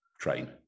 train